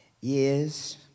years